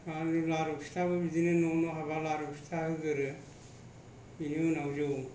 आरो न' न' हाबनानै लारु फिथा होग्रोयो बेनि उनाव जौ